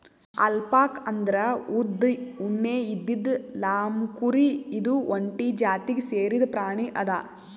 alpaca ಅಂದ್ರ ಉದ್ದ್ ಉಣ್ಣೆ ಇದ್ದಿದ್ ಲ್ಲಾಮ್ಕುರಿ ಇದು ಒಂಟಿ ಜಾತಿಗ್ ಸೇರಿದ್ ಪ್ರಾಣಿ ಅದಾ